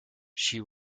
she